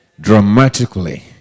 dramatically